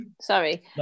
Sorry